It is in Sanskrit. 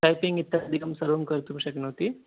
टैपिङ्ग् इत्यादिकं सर्वं कर्तुं शक्नोति